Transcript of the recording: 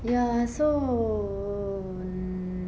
ya so